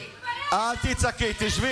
קודם כול,